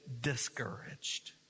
discouraged